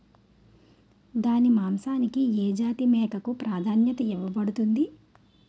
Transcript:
దాని మాంసానికి ఏ జాతి మేకకు ప్రాధాన్యత ఇవ్వబడుతుంది?